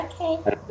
Okay